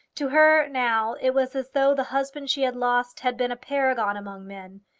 to her now it was as though the husband she had lost had been a paragon among men.